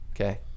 okay